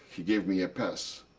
he gave me a pass.